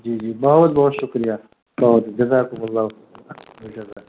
جی جی بہت بہت شکریہ بہت جزاکاللہ